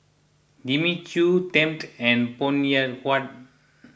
Jimmy Choo Tempt and Phoon Huat